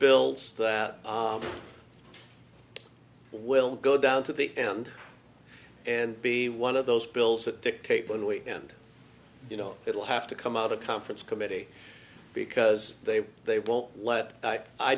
bills that will go down to the end and be one of those bills that dictate one weekend you know it will have to come out of conference committee because they they won't